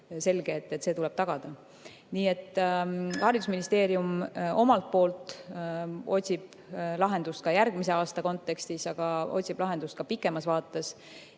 Nii et haridusministeerium omalt poolt otsib lahendust järgmise aasta kontekstis, aga otsib lahendust ka pikemas vaates